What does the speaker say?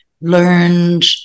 learned